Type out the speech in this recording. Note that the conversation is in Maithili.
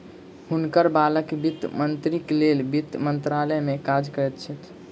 हुनकर बालक वित्त मंत्रीक लेल वित्त मंत्रालय में काज करैत छैथ